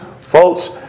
Folks